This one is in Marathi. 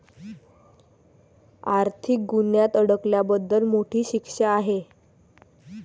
आर्थिक गुन्ह्यात अडकल्याबद्दल मोठी शिक्षा आहे